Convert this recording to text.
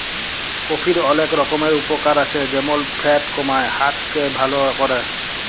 কফির অলেক রকমের উপকার আছে যেমল ফ্যাট কমায়, হার্ট কে ভাল ক্যরে